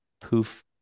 poof